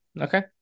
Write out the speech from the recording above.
Okay